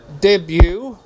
debut